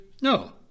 No